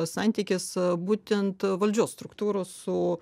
santykis būtent valdžios struktūros su